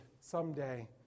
someday